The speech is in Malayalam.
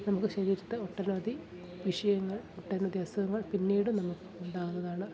നമുക്ക് ശരീരത്ത് ഒട്ടനവധി വിഷയങ്ങൾ ഒട്ടനവധി അസുഖങ്ങൾ പിന്നീട് നമുക്ക് ഉണ്ടാകുന്നതാണ്